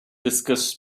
discuss